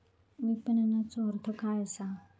विपणनचो अर्थ काय असा?